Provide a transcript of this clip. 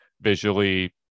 visually